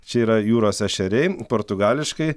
čia yra jūros ešeriai portugališkai